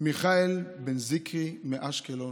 מיכאל בן זיקרי מאשקלון,